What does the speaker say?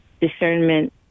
discernment